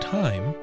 time